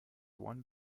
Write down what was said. one